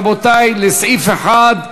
רבותי,